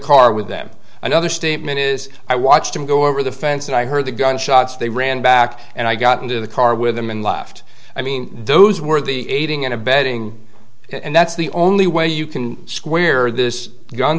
car with them another statement is i watched him go over the fence and i heard the gunshots they ran back and i got into the car with them and left i mean those were the aiding and abetting and that's the only way you can square this gun